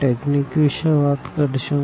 technique વિષે વાત કરશું